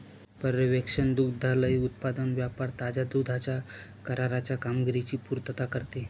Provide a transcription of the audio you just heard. पर्यवेक्षण दुग्धालय उत्पादन व्यापार ताज्या दुधाच्या कराराच्या कामगिरीची पुर्तता करते